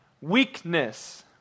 weakness